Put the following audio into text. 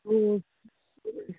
ꯑꯣ